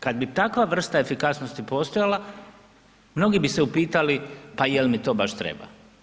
Kad bi takva vrsta efikasnosti postojala, mnogi bi se upitali pa je li mi to baš treba.